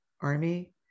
army